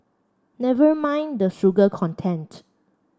never mind the sugar content